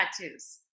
tattoos